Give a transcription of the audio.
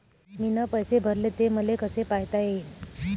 मीन पैसे भरले, ते मले कसे पायता येईन?